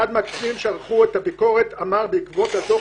אחד מהקצינים שערכו את הביקורת אמר בעקבות הדוח